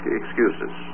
excuses